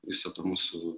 viso to mūsų